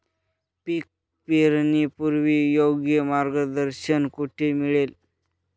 पीक पेरणीपूर्व योग्य मार्गदर्शन कुठे मिळेल?